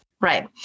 Right